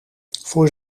voor